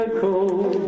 cold